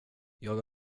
jag